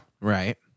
Right